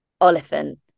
Oliphant